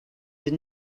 did